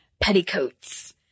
petticoats